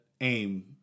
aim